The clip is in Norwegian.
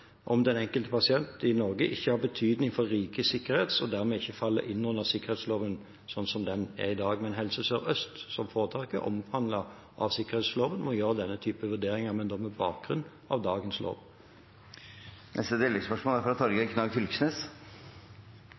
Norge ikke ha betydning for rikets sikkerhet og dermed ikke falle inn under sikkerhetsloven slik den er i dag. Men Helse Sør-Øst, som foretak, er omfattet av sikkerhetsloven og gjør denne type vurderinger, men da med bakgrunn i dagens lov. Torgeir Knag Fylkesnes – til oppfølgingsspørsmål. Det er